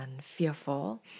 fearful